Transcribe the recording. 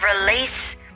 release